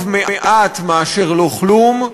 טוב מעט מאשר לא כלום,